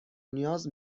نیاز